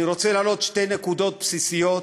אני רוצה להעלות שתי נקודות בסיסיות,